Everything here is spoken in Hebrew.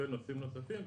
ונושאים נוספים.